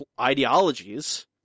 ideologies